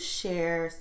share